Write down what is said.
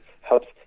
helps